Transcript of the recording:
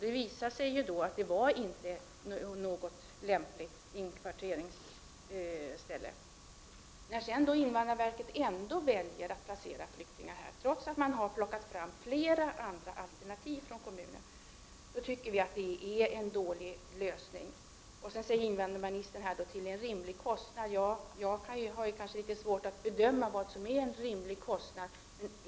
Det visade sig då att detta inte var något lämpligt inkvarteringsställe. Vi tycker att det är en dålig lösning när man sedan från invandrarverkets sida ändå väljer att placera flyktingar där, trots att kommunen har plockat fram flera andra alternativ. Invandrarministern talar här om en rimlig kostnad. Jag kanske har litet svårt att bedöma vad som är en rimlig kostnad.